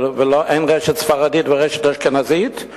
אין רשת ספרדית ורשת אשכנזית?